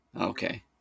okay